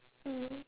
mm